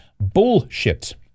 bullshit